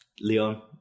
Leon